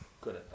good